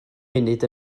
munud